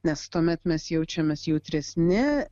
nes tuomet mes jaučiamės jautresni